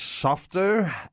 softer